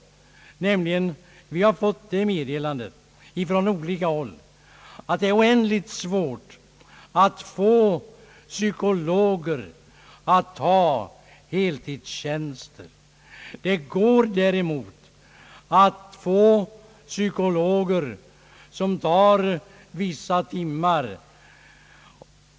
Vi har nämligen från olika håll fått det meddelandet att det är oändligt svårt att få psykologer att ta heltidstjänster. Det går däremot att få psykologer som tar vissa timmar.